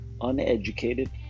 uneducated